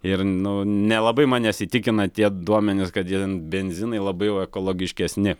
ir nu nelabai manęs įtikina tie duomenys kad jie ten benzinai labai jau ekologiškesni